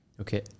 Okay